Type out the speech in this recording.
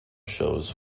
shows